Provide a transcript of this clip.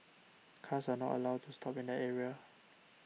cars are not allowed to stop in that area